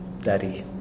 Daddy